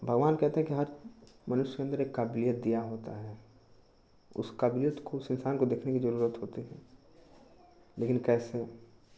भगवान कहते हैं कि हर मनुष्य के अन्दर एक काबिलियत दी होती है उस काबिलियत को उस इन्सान को देखने की ज़रूरत होती है लेकिन कैसे